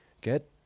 get